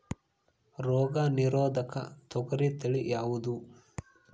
ರೋಗ ನಿರೋಧಕ ತೊಗರಿ ತಳಿ ಯಾವುದು?